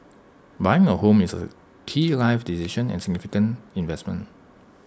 buying A home is A key life decision and significant investment